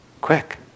quick